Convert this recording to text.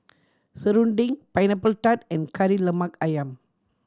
serunding Pineapple Tart and Kari Lemak Ayam